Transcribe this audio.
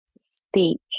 speak